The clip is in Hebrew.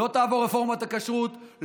לא תעבור רפורמת הכשרות,